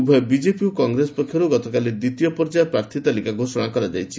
ଉଭୟ ବିଜେପି ଓ କଂଗ୍ରେସ ପକ୍ଷରୁ ଗତକାଲି ଦ୍ୱିତୀୟ ପ୍ରାର୍ଥୀ ତାଲିକା ଘୋଷଣା କରାଯାଇଛି